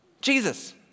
Jesus